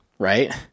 Right